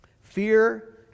fear